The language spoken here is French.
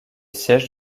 siège